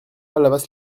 palavas